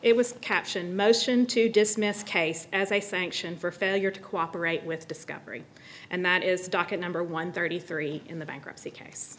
it was captioned motion to dismiss case as a sanction for failure to cooperate with discovery and that is docket number one thirty three in the bankruptcy case